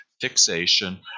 fixation